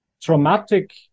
traumatic